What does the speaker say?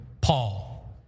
Paul